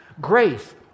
Grace